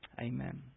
Amen